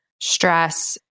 stress